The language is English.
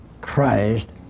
Christ